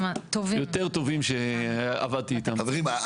העסק מההתחלה.